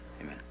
amen